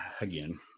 again